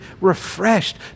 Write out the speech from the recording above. refreshed